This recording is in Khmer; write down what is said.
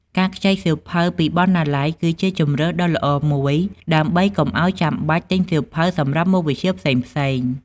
ការខ្ចីសៀវភៅពីបណ្ណាល័យគឺជាជម្រើសដ៏ល្អមួយដើម្បីកុំឱ្យចាំបាច់ទិញសៀវភៅសម្រាប់មុខវិជ្ជាផ្សេងៗ។